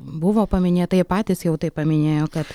buvo paminėta jie patys jau tai paminėjo kad